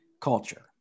culture